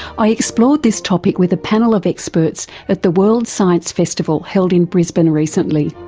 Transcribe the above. i explored this topic with a panel of experts at the world science festival held in brisbane recently,